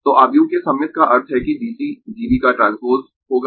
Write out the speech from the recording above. तो आव्यूह के सममित का अर्थ है कि G C G B का ट्रांसपोज होगा